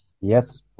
Yes